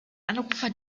anrufer